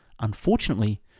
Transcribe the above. unfortunately